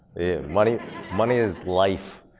money money is life.